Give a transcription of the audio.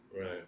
Right